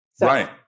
Right